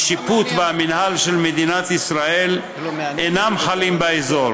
השיפוט והמינהל של מדינת ישראל אינם חלים באזור,